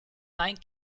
nine